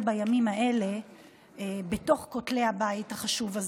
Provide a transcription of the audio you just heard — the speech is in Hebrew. בימים האלה בין כותלי הבית החשוב הזה.